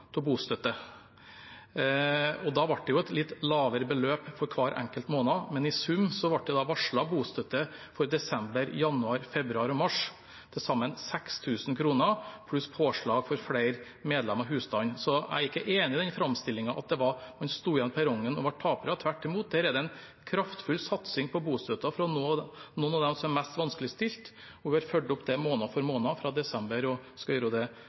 bostøtte. Da ble det et litt lavere beløp på hver enkelt måned, men i sum ble det da varslet bostøtte for desember, januar, februar og mars – til sammen 6 000 kr, pluss påslag for flere medlemmer av husstanden. Så jeg er ikke enig i den framstillingen av at man sto igjen på perrongen og ble tapere. Tvert imot er det en kraftig satsing på bostøtte for å nå noen av dem som er mest vanskeligstilt. Vi har fulgt opp det måned for måned fra desember og skal gjøre det